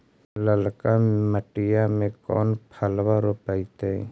ललका मटीया मे कोन फलबा रोपयतय?